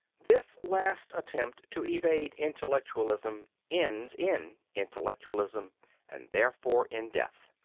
this last attempt to evade intellectualism ends in intellectualism, and therefore in death.